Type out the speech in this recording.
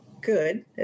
good